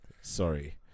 Sorry